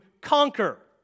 conquer